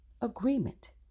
agreement